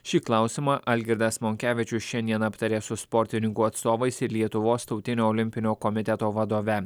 šį klausimą algirdas monkevičius šiandien aptarė su sportininkų atstovais lietuvos tautinio olimpinio komiteto vadove